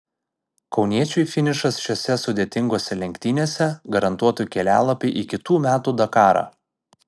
kauniečiui finišas šiose sudėtingose lenktynėse garantuotų kelialapį į kitų metų dakarą